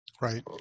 right